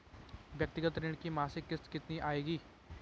व्यक्तिगत ऋण की मासिक किश्त कितनी आएगी?